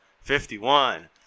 fifty-one